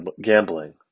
gambling